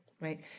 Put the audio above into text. right